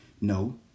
No